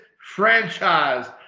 franchise